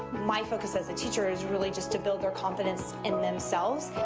my focus as a teacher is really just to build their confidence in themselves.